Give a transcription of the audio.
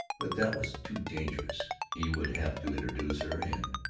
but that was too dangerous. he would have to introduce her and,